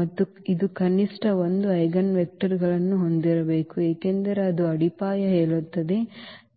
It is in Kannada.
ಮತ್ತು ಇದು ಕನಿಷ್ಠ 1 ಐಜೆನ್ವೆಕ್ಟರ್ಗಳನ್ನು ಹೊಂದಿರಬೇಕು ಏಕೆಂದರೆ ಅದು ಅಡಿಪಾಯ ಹೇಳುತ್ತದೆ